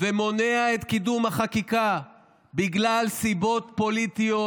ומונע את קידום החקיקה בגלל סיבות פוליטיות,